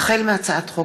החל בהצעת חוק